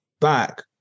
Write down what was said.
back